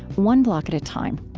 one block at a time.